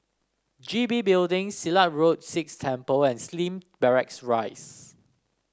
G B Building Silat Road Sikh Temple and Slim Barracks Rise